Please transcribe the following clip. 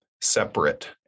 separate